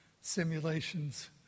simulations